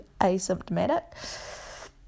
asymptomatic